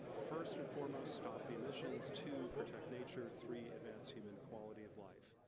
first and foremost, stop the emissions. two, protect nature. three, advanced human quality of life.